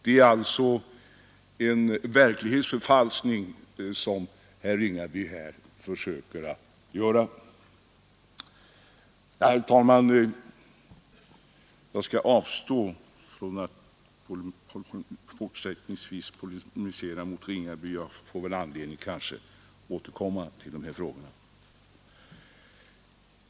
Herr talman! Jag skall nu avstå från att polemisera möt herr Ringabys uttalanden; jag kanske får anledning att återkomma till frågorna.